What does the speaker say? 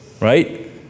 Right